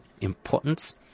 importance